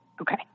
Okay